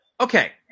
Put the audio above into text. okay